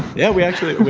yeah. we actually